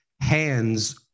hands